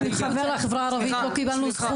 תודה רבה, אדוני, אני בעצם פה נכנסת לדלת פתוחה.